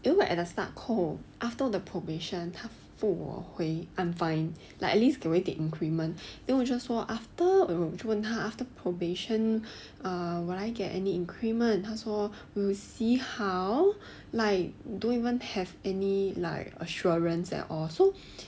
you know right at the start 扣 after the probation 他付我回 I'm fine like at least 给我一点 increment then we 就说 after 我就问他 after probation err will I get any increment 他说 we'll see how like don't even have any like assurance at all so